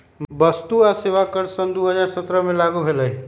वस्तु आ सेवा कर सन दू हज़ार सत्रह से लागू भेलई